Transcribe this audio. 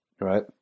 right